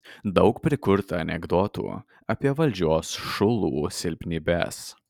daug prikurta anekdotų apie valdžios šulų silpnybes